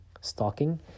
stalking